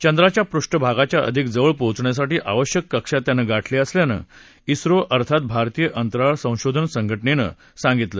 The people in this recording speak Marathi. चंद्राच्या पृष्ठभागच्या अधिक जवळ पोचण्यासाठी आवश्यक कक्षा त्यानं गाठली असल्याचं ओ अर्थात भारतीय अंतराळ संशोधन संघटनही सांगितलं